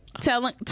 telling